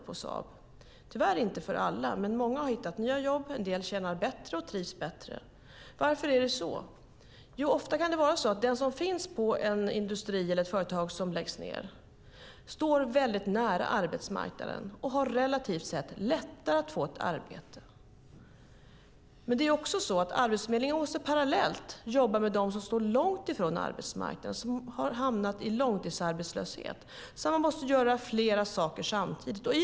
Tyvärr hade det inte gjort det för alla, men många hade hittat nya jobb, och en del tjänade bättre och trivdes bättre. Varför är det så? Jo, ofta kan det vara så att den som jobbar på en industri eller ett företag som läggs ned står nära arbetsmarknaden och relativt sett har lättare att få ett arbete. Men Arbetsförmedlingen måste också parallellt jobba med dem som står långt ifrån arbetsmarknaden och som har hamnat i långtidsarbetslöshet. Man måste alltså göra flera saker samtidigt.